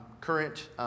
current